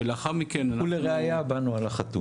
ולראיה באנו על החתום.